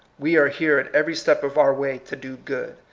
we are here at every step of our way to do good,